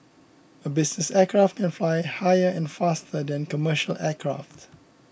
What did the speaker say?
a business aircraft can fly higher and faster than commercial aircraft